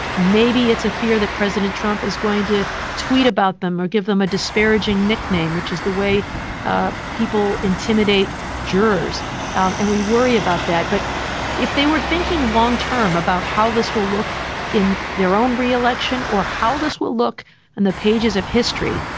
maybe it's a fear that president trump is going to tweet about them or give them a disparaging nickname, which is the way ah people intimidate jurors and we worry about that. but if they were thinking long term about how this will look in their own re-election or how this will look in and the pages of history,